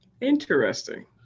Interesting